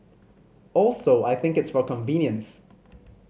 also I think it's for convenience